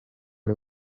ari